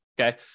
okay